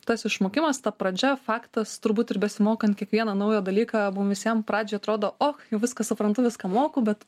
tas išmokimas ta pradžia faktas turbūt ir besimokant kiekvieną naują dalyką mum visiem pradžioj atrodo o jau viską suprantu viską moku bet